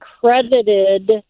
credited